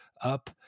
up